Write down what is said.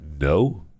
no